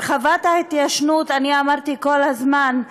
הרחבת ההתיישנות, אני אמרתי כל הזמן,